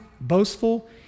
boastful